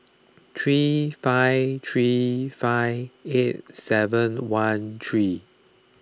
three five three five eight seven one three